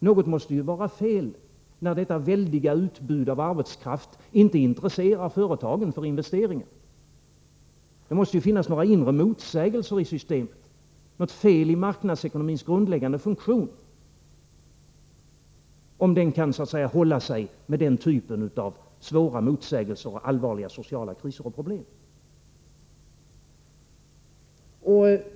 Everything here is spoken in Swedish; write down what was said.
Någonting måste ju vara fel, när detta väldiga utbud av arbetskraft inte intresserar företagen då det gäller investeringar. Det måste finnas inre motsägelser i systemet, i marknadsekonomins grundläggande funktion, om den kan hålla sig med den typen av svåra motsägelser och allvarliga sociala kriser och problem.